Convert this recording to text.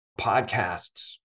podcasts